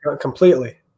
Completely